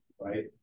right